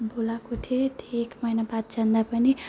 बोलाएका थिए त्यो एक महिना बाद जाँदा पनि